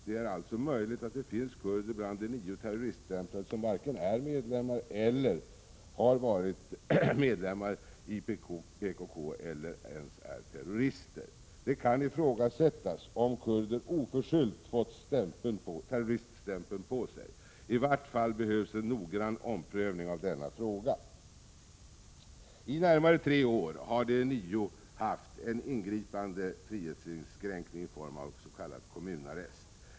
Det är alltså möjligt att det finns kurder bland de nio terroriststämplade som varken är eller har varit medlemmar i PKK eller är terrorister. Det kan ifrågasättas om kurder oförskyllt fått terroriststämpeln på sig. I vart fall behövs en noggrann omprövning av denna fråga. I närmare tre år har de nio haft en ingripande frihetsinskränkning i form av s.k. kommunarrest.